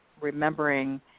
remembering